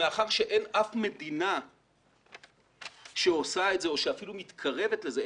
מאחר שאין אף מדינה שעושה את זה או אפילו מתקרבת לזה,